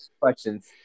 questions